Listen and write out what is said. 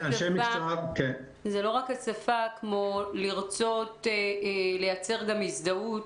זה לא רק השפה, כמו גם לרצות לייצר הזדהות